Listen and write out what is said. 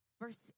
verse